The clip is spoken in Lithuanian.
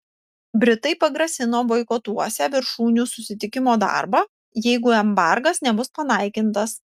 britai pagrasino boikotuosią viršūnių susitikimo darbą jeigu embargas nebus panaikintas